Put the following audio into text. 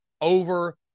over